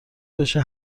بشه